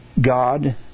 God